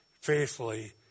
faithfully